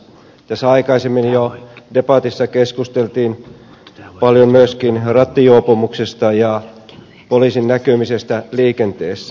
tässä aikaisemmin jo debatissa keskusteltiin paljon myöskin rattijuopumuksesta ja poliisin näkymisestä liikenteessä